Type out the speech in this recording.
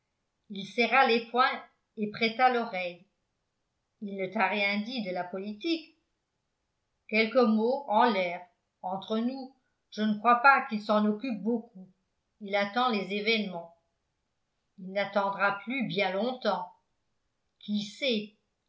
il serra les poings et prêta l'oreille il ne t'a rien dit de la politique quelques mots en l'air entre nous je ne crois pas qu'il s'en occupe beaucoup il attend les événements il n'attendra plus bien longtemps qui sait